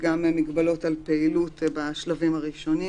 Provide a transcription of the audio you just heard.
וגם מגבלות על פעילות בשלבים הראשונים,